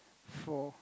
four